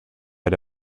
ere